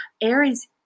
Aries